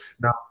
Now